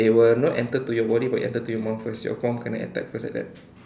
they will not enter to your body but they will enter to your mom first your mom kena attack first like that